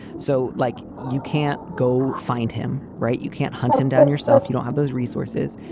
so like you can't go find him, right? you can't hunt him down yourself. you don't have those resources.